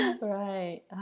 right